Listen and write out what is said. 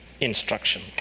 instruction